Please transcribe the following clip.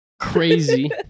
crazy